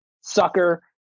Sucker